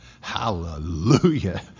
hallelujah